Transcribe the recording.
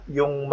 yung